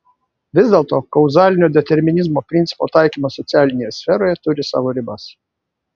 vis dėlto kauzalinio determinizmo principo taikymas socialinėje sferoje turi savo ribas